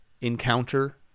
encounter